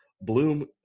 Bloom